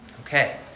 Okay